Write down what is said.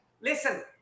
Listen